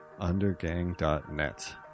undergang.net